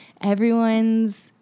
everyone's